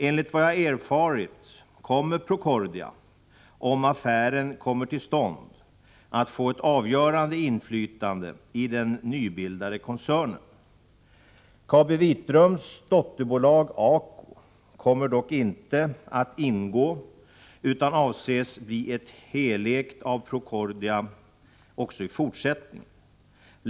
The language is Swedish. Enligt vad jag erfarit kommer Procordia, om affären kommer till stånd, att få ett avgörande inflytande i den nybildade koncernen. KabiVitrums dotterbolag ACO kommer dock inte att ingå, utan avses bli helägt av Procordia också i fortsättningen.